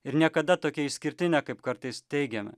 ir niekada tokia išskirtinė kaip kartais teigiame